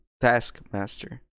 Taskmaster